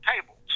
tables